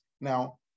Now